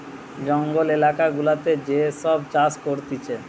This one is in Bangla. জঙ্গল এলাকা গুলাতে যে সব চাষ করতিছে